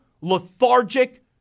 lethargic